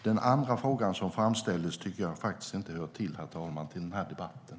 Den andra frågan som framställdes tycker jag faktiskt inte hör till den här debatten.